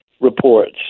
reports